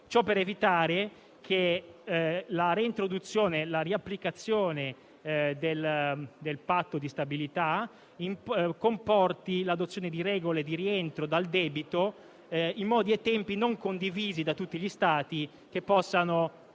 Ciò per evitare che la nuova applicazione del patto di stabilità comporti l'adozione di regole di rientro dal debito in modi e tempi non condivisi da tutti gli Stati che possano